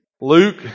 Luke